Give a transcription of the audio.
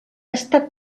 estat